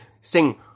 Sing